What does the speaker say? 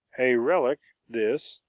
a relic, this,